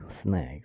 snacks